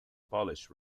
polish